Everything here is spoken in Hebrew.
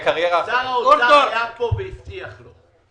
שר האוצר היה פה והבטיח לו.